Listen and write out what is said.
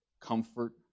comfort